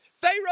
Pharaoh